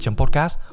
podcast